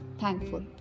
thankful